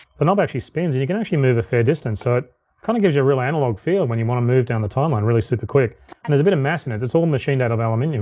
the knob actually spins and you can actually move a fair distance, so it kinda gives you a real analog feel when you wanna move down the timeline really super quick. and there's a bit of mass in it, it's all machined out of aluminum,